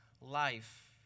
life